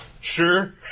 sure